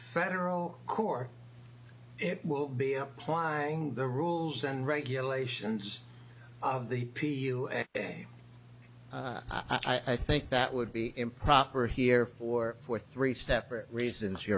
federal court it will be applying the rules and regulations of the p u s ok i think that would be improper here for four three separate reasons you